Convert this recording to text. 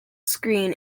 screen